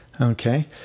Okay